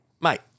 Mate